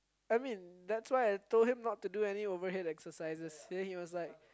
I mean that's why I told him not to do any overhead exercises then he was like